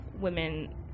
women